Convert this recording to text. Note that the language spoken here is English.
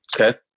Okay